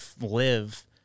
live